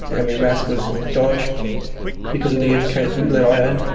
and me maths was dodge because of the education that i had,